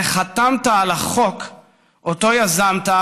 וחתמת על החוק שאותו יזמת,